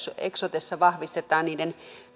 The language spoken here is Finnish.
eksotessa vahvistetaan niiden